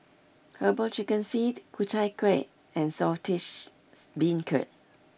Herbal Chicken Feet Ku Chai Kuih and Saltish Beancurd